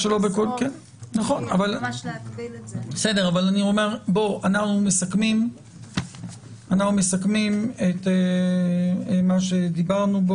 אבל אנחנו מסכמים את מה שדיברנו: